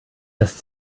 das